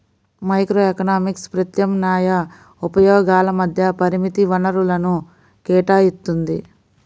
microeconomics ప్రత్యామ్నాయ ఉపయోగాల మధ్య పరిమిత వనరులను కేటాయిత్తుంది